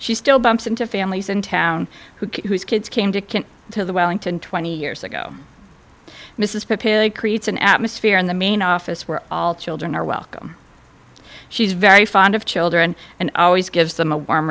she still bumps into families in town who whose kids came to camp to the wellington twenty years ago mrs pigg creates an atmosphere in the main office where all children are welcome she's very fond of children and always gives them a warm